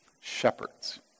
Shepherds